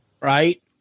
Right